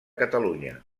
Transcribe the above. catalunya